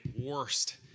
worst